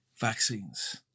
vaccines